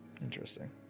Interesting